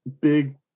big